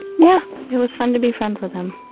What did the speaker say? yeah. it was fun to be friends with him.